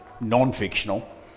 non-fictional